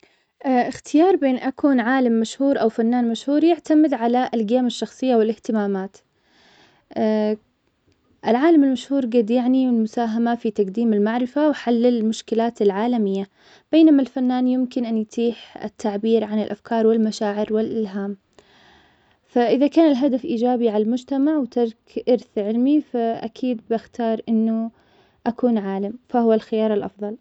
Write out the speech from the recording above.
إختيار بين أكون عالم مشهور أو فنان مشهور يعتمد على القيم الشخصية والإهتمامات, العالم المشهور قد يعني المساهمة في تقديم المعرفة وحل المشكلات العالمية, بينما الفنان يمكن أن يتيح التعبير عن الأفكار والمشاعر والإلهام, فإذا كان الهدف إيجابي على المجتمع وترك إرث علمي, فأكيد بختار إنه أكون عالم, فهو الخيار الأفضل.